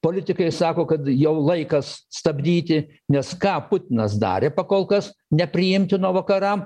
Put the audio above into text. politikai sako kad jau laikas stabdyti nes ką putinas darė pakol kas nepriimtina vakaram